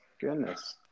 Goodness